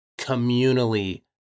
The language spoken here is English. communally